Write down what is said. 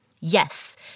yes